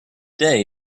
day